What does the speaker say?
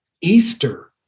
Easter